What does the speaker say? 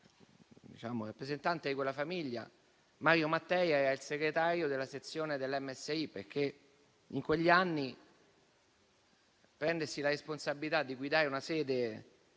rappresentante di quella famiglia, Mario Mattei, era il segretario della sezione del Movimento Sociale Italiano. In quegli anni prendersi la responsabilità di guidare una sede